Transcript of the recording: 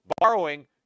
borrowing